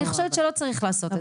אני חושבת שלא צריך לעשות את זה.